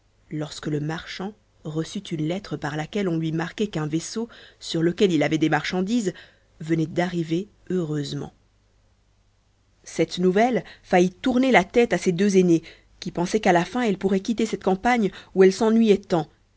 lorsque le marchand reçut une lettre par laquelle on lui marquait qu'un vaisseau sur lequel il avait des marchandises venait d'arriver heureusement cette nouvelle pensa tourner la tête à ses deux aînées qui pensaient qu'à la fin elles pourraient quitter cette campagne où elles s'ennuyaient